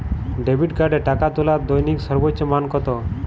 Debit কার্ডে টাকা তোলার দৈনিক সর্বোচ্চ মান কতো?